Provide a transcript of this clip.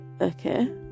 okay